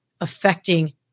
affecting